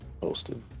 posted